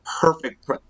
perfect